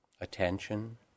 attention